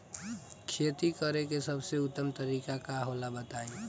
खेती करे के सबसे उत्तम तरीका का होला बताई?